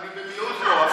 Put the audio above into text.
אני במיעוט פה.